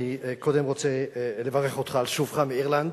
אני קודם רוצה לברך אותך על שובך מאירלנד.